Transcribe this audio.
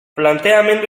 planteamendu